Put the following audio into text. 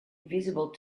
visible